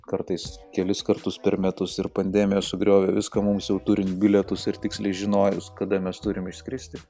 kartais kelis kartus per metus ir pandemija sugriovė viską mums jau turint bilietus ir tiksliai žinojus kada mes turim išskristi